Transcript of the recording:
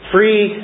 Free